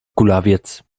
kulawiec